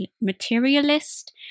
materialist